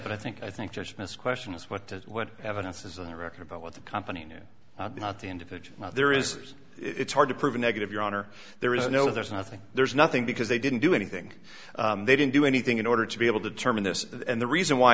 and i think i think judgments question is what does what evidence is on the record about what the company knew not the individual there is it's hard to prove a negative your honor there is no there's nothing there's nothing because they didn't do anything they didn't do anything in order to be able to determine this and the reason why